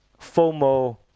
FOMO